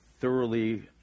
thoroughly